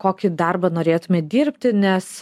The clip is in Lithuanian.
kokį darbą norėtumėt dirbti nes